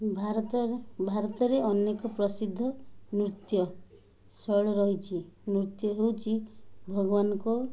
ଭାରତରେ ଭାରତରେ ଅନେକ ପ୍ରସିଦ୍ଧ ନୃତ୍ୟ ଶୈଳୀ ରହିଛି ନୃତ୍ୟ ହେଉଛି ଭଗବାନଙ୍କ